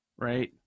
right